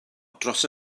dros